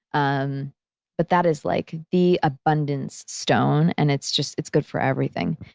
um but that is, like, the abundance stone and it's just, it's good for everything.